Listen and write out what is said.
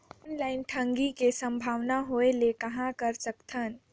Online ठगी के संभावना होय ले कहां कर सकथन?